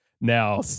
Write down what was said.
Now